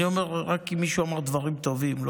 אני אומר רק אם מישהו אמר דברים טובים.